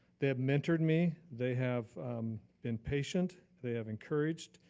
they had mentored me, they have been patient, they have encouraged,